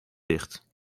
dicht